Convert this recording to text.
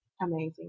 Amazing